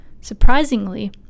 Surprisingly